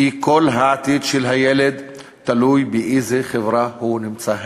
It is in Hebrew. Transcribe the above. כי כל העתיד של הילד תלוי בחברה שבה הוא נמצא היום.